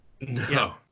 No